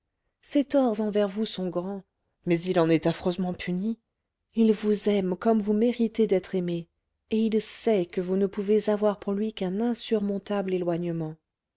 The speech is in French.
ses torts envers vous sont grands mais il en est affreusement puni il vous aime comme vous méritez d'être aimée et il sait que vous ne pouvez avoir pour lui qu'un insurmontable éloignement